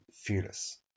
fearless